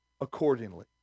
accordingly